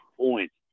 points